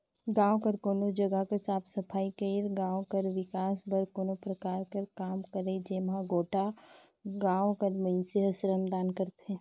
गाँव कर कोनो जगहा कर साफ सफई करई, गाँव कर बिकास बर कोनो परकार कर काम करई जेम्हां गोटा गाँव कर मइनसे हर श्रमदान करथे